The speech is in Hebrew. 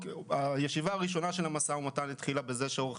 הישיבה הראשונה של המשא ומתן התחילה בזה שעורך